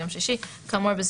שלי היא אם את